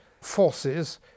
forces